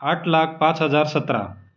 आठ लाख पाच हजार सतरा